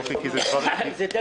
אוקיי, כי זה כבר התחיל.